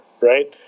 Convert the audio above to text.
right